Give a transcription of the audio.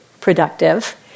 productive